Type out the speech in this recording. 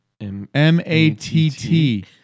m-a-t-t